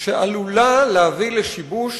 שעלולה להביא לשיבוש